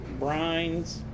brines